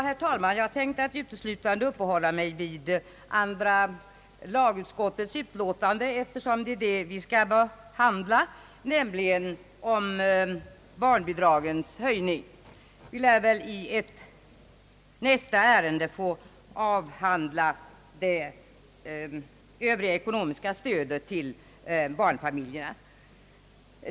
Herr talman! Jag tänkte uteslutande uppehålla mig vid andra lagutskottets utlåtande nr 40, eftersom det är detta vi skall behandla, nämligen om de allmänna barnbidragens höjning. I nästa ärende lär vi väl få avhandla det övriga ekonomiska stödet till barnfamiljerna.